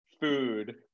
food